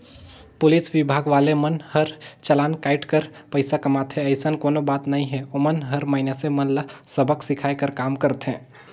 police विभाग वाले मन हर चलान कायट कर पइसा कमाथे अइसन कोनो बात नइ हे ओमन हर मइनसे मन ल सबक सीखये कर काम करथे